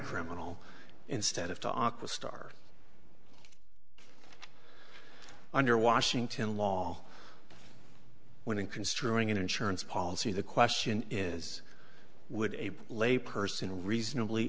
criminal instead of to aqua star under washington law when in construing an insurance policy the question is would a layperson reasonably